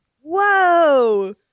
Whoa